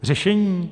Řešení?